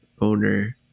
owner